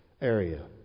area